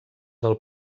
del